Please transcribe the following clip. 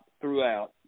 throughout